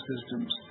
systems